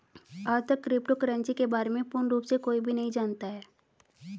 आजतक crypto currency के बारे में पूर्ण रूप से कोई भी नहीं जानता है